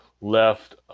left